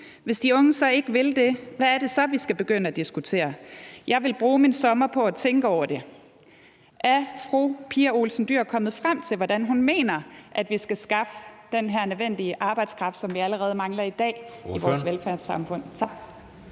Hvis de unge så ikke vil det, hvad er det så, vi skal begynde at diskutere? ... Jeg vil bruge min sommer på at tænke over det.« Er fru Pia Olsen Dyhr nået frem til, hvordan hun mener vi skal skaffe den her nødvendige arbejdskraft, som vi allerede mangler i dag i vores velfærdssamfund? Tak.